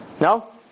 No